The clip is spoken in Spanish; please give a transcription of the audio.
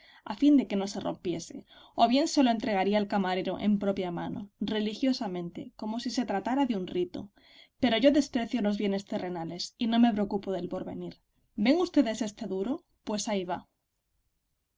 a fin de que no se rompiese o bien se lo entregaría al camarero en propia mano religiosamente como si se tratara de un rito pero yo desprecio los bienes terrenales y no me preocupo del porvenir ven ustedes este duro pues ahí va